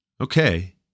Okay